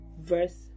verse